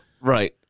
right